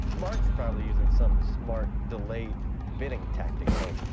marc's probably using some smart delayed bidding tactic thing.